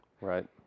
right